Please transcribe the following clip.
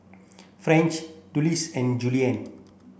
French Dulcie and Jillian